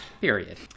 period